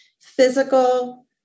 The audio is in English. physical